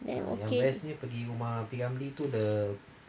okay